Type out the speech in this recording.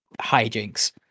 hijinks